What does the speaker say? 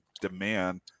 demand